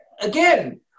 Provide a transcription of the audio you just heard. again